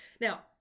Now